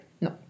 No